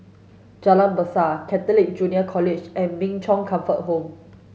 Jalan Besar Catholic Junior College and Min Chong Comfort Home